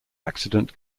accident